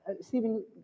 Stephen